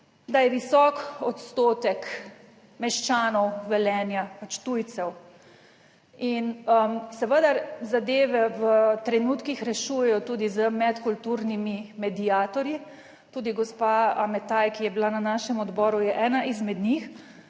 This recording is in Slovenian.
da je visok odstotek meščanov Velenja pač tujcev in seveda zadeve v trenutkih rešujejo tudi z medkulturnimi mediatorji. Tudi gospa Ametaj, ki je bila na našem odboru, je ena izmed njih,